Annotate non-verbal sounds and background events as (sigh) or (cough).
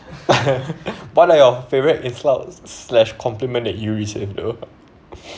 (laughs) what are your favourite insults slash compliment that you receive though (breath)